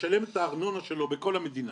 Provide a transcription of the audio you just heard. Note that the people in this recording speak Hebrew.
לשלם את הארנונה שלו בכל המדינה,